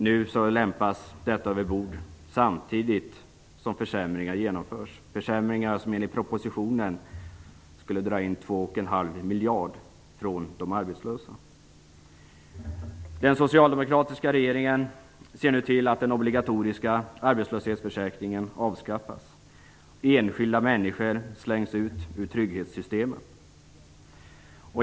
Nu lämpas detta överbord, samtidigt som försämringar genomförs - försämringar som enligt propositionen skulle dra in 2,5 miljarder kronor från de arbetslösa. Den socialdemokratiska regeringen ser nu till att den obligatoriska arbetslöshetsförsäkringen avskaffas. Enskilda människor slängs ut ur trygghetssystemen.